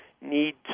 need